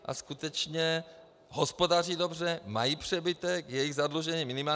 A skutečně hospodaří dobře, mají přebytek, jejich zadlužení je minimální.